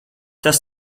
tas